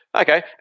Okay